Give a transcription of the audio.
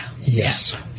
Yes